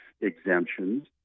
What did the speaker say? exemptions